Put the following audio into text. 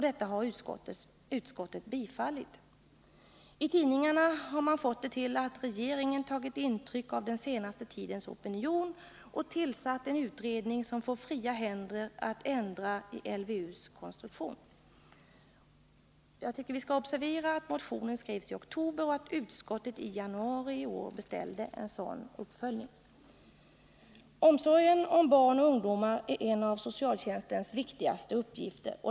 Detta har utskottet tillstyrkt. I tidningarna har man fått det till att regeringen tagit intryck av den senaste tidens opinion och tillsatt en utredning som får fria händer att ändra i LVU:s konstruktion. Jag tycker vi skall observera att motionen skrevs i oktober och att utskottet i januari i år beställde en sådan uppföljning. Omsorgen om barn och ungdomar är en av socialtjänstens viktigaste uppgifter.